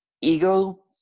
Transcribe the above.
ego